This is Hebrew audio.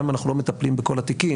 גם אם אנחנו לא מטפלים בכל התיקים,